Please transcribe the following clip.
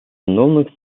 виновных